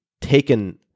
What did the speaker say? taken